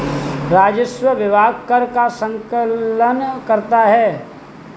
राजस्व विभाग कर का संकलन करता है